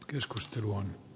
keskustelua